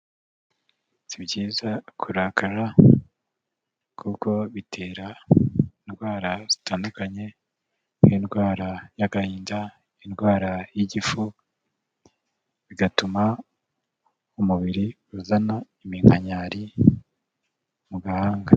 Si byiza kurakara, kuko bitera indwara zitandukanye, nk'indwara y'agahinda, indwara y'igifu, bigatuma umubiri uzana iminkanyari mu gahanga.